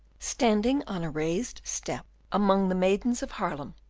standing on a raised step among the maidens of haarlem,